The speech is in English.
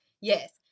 Yes